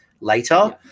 later